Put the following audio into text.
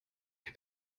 der